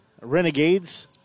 Renegades